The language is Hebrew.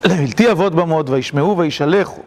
לבלתי עבוד במות, וישמעו ויישלחו.